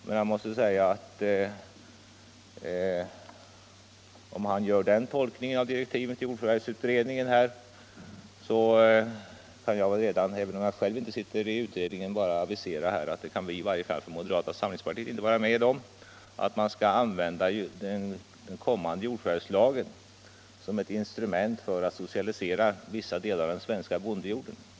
Men om han gör den tolkningen av direktiven till jordförvärvsutredningen som framgår av den här utskriften kan jag redan — även om jag själv inte sitter i utredningen — avisera att vi från moderata samlingspartiet inte kan vara med om att den kommande jordförvärvslagen skall användas som ett instrument för att socialisera vissa delar av den svenska bondejorden.